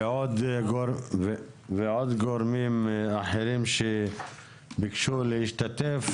וגורמים אחרים שביקשו להשתתף.